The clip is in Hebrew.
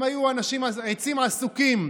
הם היו עצים עסוקים,